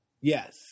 Yes